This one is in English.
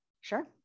Sure